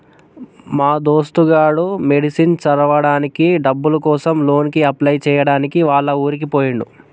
మా దోస్తు గాడు మెడిసిన్ చదవడానికి డబ్బుల కోసం లోన్ కి అప్లై చేయడానికి వాళ్ల ఊరికి పోయిండు